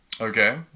Okay